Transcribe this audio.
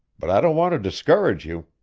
but i don't want to discourage you.